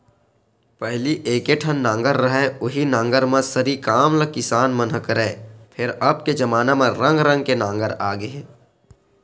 पहिली एके ठन नांगर रहय उहीं नांगर म सरी काम ल किसान मन ह करय, फेर अब के जबाना म रंग रंग के नांगर आ गे हे